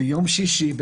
ביום שישי,